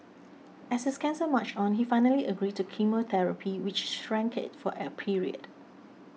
as his cancer marched on he finally agreed to chemotherapy which shrank it for a period